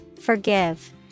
Forgive